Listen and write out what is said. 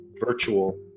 virtual